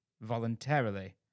voluntarily